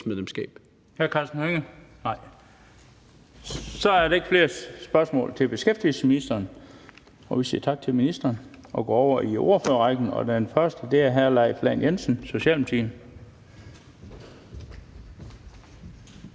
Så er der ikke flere spørgsmål til beskæftigelsesministeren. Vi siger tak til ministeren og går over i ordførerrækken. Den første er hr. Leif Lahn Jensen, Socialdemokratiet.